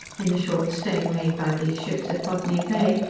in the short stay made by these ships at botany bay,